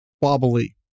Wobbly